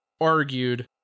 argued